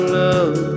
love